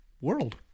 world